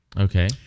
Okay